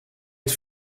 het